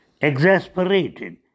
exasperated